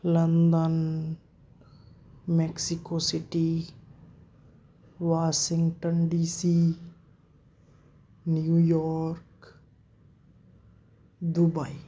London Mexico city Washington DC New York Dubai